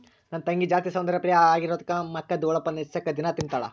ನನ್ ತಂಗಿ ಜಾಸ್ತಿ ಸೌಂದರ್ಯ ಪ್ರಿಯೆ ಆಗಿರೋದ್ಕ ಮಕದ್ದು ಹೊಳಪುನ್ನ ಹೆಚ್ಚಿಸಾಕ ದಿನಾ ತಿಂಬುತಾಳ